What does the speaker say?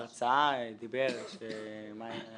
בהרצאה שהוא סיפר על עצמו ואז אחרי זה